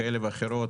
כאלה ואחרות,